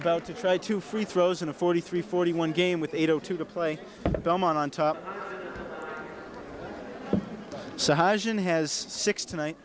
about to try to free throws in a forty three forty one game with eight o two to play dumb on top so hydrogen has six tonight